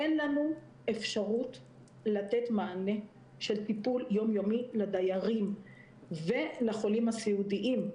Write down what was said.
אין לנו אפשרות לתת מענה של טיפול יומיומי לדיירים ולחולים הסיעודיים.